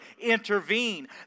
intervene